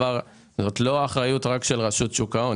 אבל זאת לא רק האחריות של רשות שוק ההון.